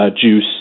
juice